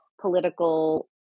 political